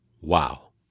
Wow